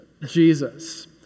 Jesus